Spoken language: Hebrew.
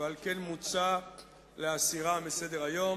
ועל כן מוצע להסירה מסדר-היום.